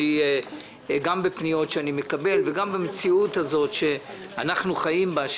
גם בפניות שאני מקבל וגם במציאות הזאת שאנחנו חיים בה,